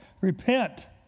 repent